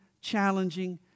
challenging